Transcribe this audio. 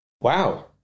wow